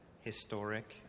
historic